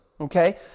Okay